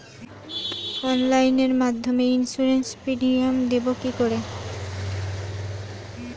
অনলাইনে মধ্যে insurance premium দেবো কি করে?